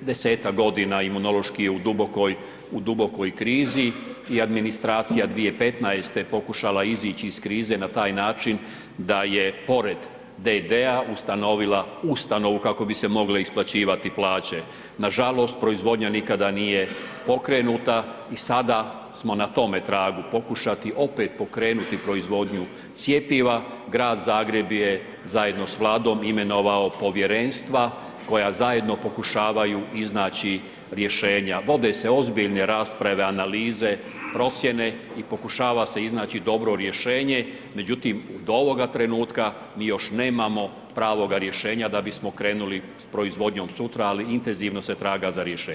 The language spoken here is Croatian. desetak godina imunološki je u dubokoj krizi i administracija 2015. pokušala je izaći iz krize na taj način da je pored d.d. ustanovila ustanovu kako bi se mogle isplaćivati plaće, nažalost, proizvodnja nikada nije pokrenuta i sada smo na tome tragu, pokušati opet pokrenuti proizvodnju cjepiva, Grad Zagreb je zajedno s Vladom imenovao povjerenstva koja zajedno pokušavaju iznaći rješenja, vode se ozbiljne rasprave, analize, procijene i pokušava se iznaći dobro rješenje, međutim, do ovoga trenutka mi još nemamo pravoga rješenja da bismo krenuli s proizvodnjom sutra, ali intenzivno se traga za rješenjem.